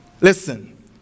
Listen